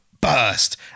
burst